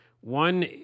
One